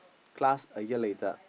class a year later